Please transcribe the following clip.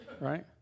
right